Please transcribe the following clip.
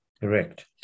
Correct